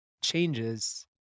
changes